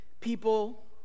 people